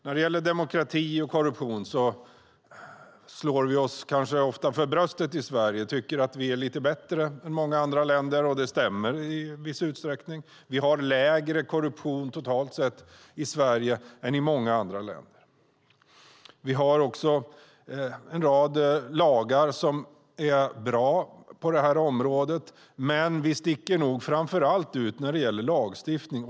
När det gäller korruption slår vi oss ofta för bröstet i Sverige och tycker att vi är lite bättre än många andra länder. Det stämmer i viss utsträckning. Vi har mindre korruption i Sverige än i många andra länder. Vi har en rad lagar som är bra på detta område, men vi sticker nog framför allt ut åt andra hållet när det gäller lagstiftning.